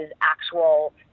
actual